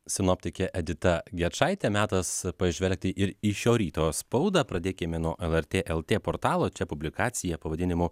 sinoptikė edita gečaitė metas pažvelgti ir į šio ryto spaudą pradėkime nuo lrt lt portalo čia publikacija pavadinimu